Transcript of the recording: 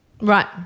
Right